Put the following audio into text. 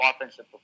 offensive